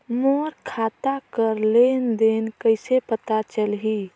मोर खाता कर लेन देन कइसे पता चलही?